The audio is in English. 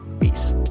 peace